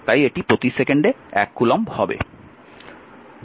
তাই এটি প্রতি সেকেন্ডে 1 কুলম্ব হবে